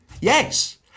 yes